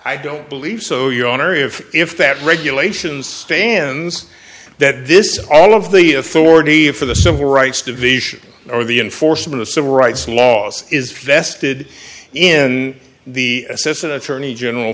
i don't believe so your honor if if that regulations stands that this all of the authority for the civil rights division or the enforcement of civil rights laws is vested in the assistant attorney general